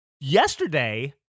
yesterday